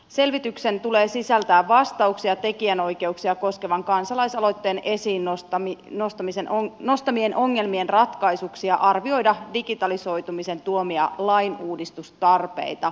selvityksen tulee sisältää vastauksia tekijänoikeuksia koskevan kansalaisaloitteen esiin nostamien ongelmien ratkaisuksi ja arvioida digitalisoitumisen tuomia lainuudistustarpeita